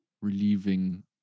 relieving